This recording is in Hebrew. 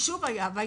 אני